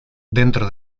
dentro